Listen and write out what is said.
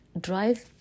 Drive